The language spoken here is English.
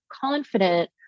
confident